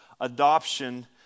adoption